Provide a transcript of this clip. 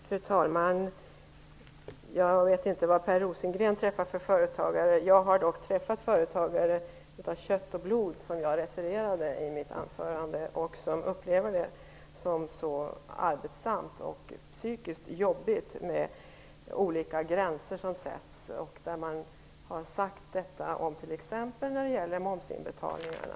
Fru talman! Jag vet inte vad Per Rosengren träffar för företagare. Jag har dock träffat företagare av kött och blod, som jag refererade i mitt anförande, som upplever de olika gränser som sätts som arbetssamma och psykiskt jobbiga. Man har sagt detta t.ex. när det gäller momsinbetalningarna.